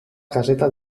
caseta